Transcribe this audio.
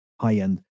high-end